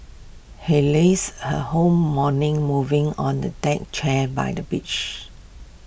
he lazed her whole morning moving on the deck chair by the beach